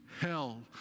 hell